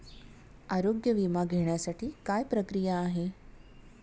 आरोग्य विमा घेण्यासाठी काय प्रक्रिया आहे?